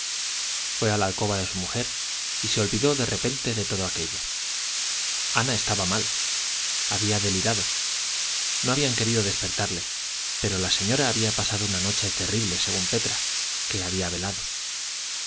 fue a la alcoba de su mujer y se olvidó de repente de todo aquello ana estaba mal había delirado no habían querido despertarle pero la señora había pasado una noche terrible según petra que había velado